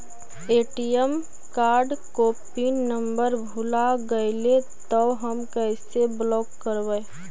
ATM card को pin number भुला गैले तौ हम कैसे ब्लॉक करवै?